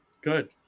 Good